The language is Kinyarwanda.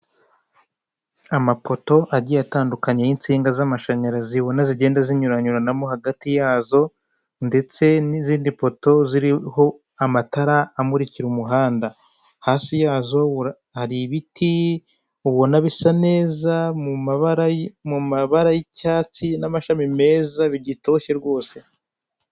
Amapoto agiye atandukanye y'amashanyarazi ubona zigenda zinyuranyuranamo hagati yazo ndetse n'izindi poto ziriho amatara amurikira umuhanda hasi yazo hari ibiti ubona bisa neza mu mabara y'icyatsi n'amashami meza bigitoshye rwose.